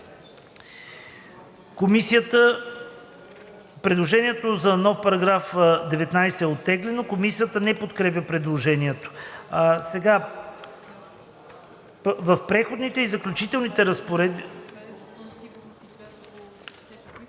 Предложението за нов § 19 е оттеглено. Комисията на подкрепя предложението.